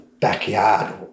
backyard